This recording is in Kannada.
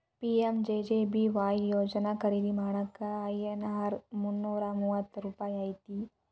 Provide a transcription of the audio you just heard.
ಪಿ.ಎಂ.ಜೆ.ಜೆ.ಬಿ.ವಾಯ್ ಯೋಜನಾ ಖರೇದಿ ಮಾಡಾಕ ಐ.ಎನ್.ಆರ್ ಮುನ್ನೂರಾ ಮೂವತ್ತ ರೂಪಾಯಿ ಐತಿ